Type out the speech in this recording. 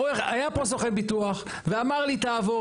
היה פה סוכן ביטוח ואמר לי תעבור.